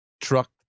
truck